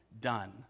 done